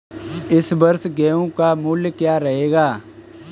इस वर्ष गेहूँ का मूल्य क्या रहेगा?